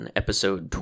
episode